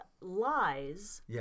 lies